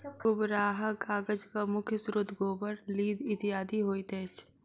गोबराहा कागजक मुख्य स्रोत गोबर, लीद इत्यादि होइत अछि